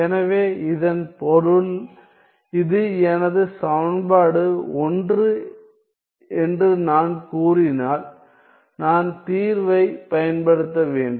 எனவே இதன் பொருள் இது எனது சமன்பாடு 1 என்று நான் கூறினால் நான் தீர்வைப் பயன்படுத்த வேண்டும்